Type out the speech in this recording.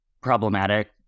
problematic